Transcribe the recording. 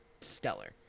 stellar